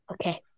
Okay